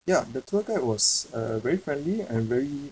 ya the tour guide was uh very friendly and very